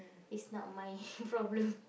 is not my problem